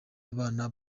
abana